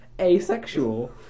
asexual